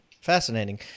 Fascinating